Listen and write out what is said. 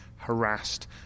harassed